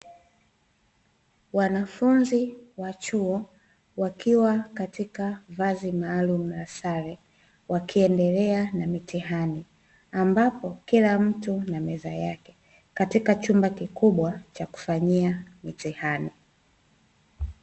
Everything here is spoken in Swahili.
Wanafunzi wa chuo, wakiwa katika vazi maalum la sare, wakiendelea na mitihani, ambapo kila mtu na meza yake, katika chumba kikubwa cha kufanyia mitihani.